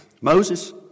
Moses